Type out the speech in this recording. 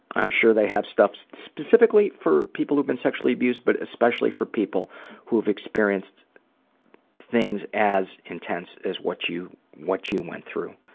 i'm sure they have stuff so specifically for people who have been sexually abused but especially for people who have experienced things as intense as what you what you went through.